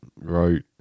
Right